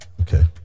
okay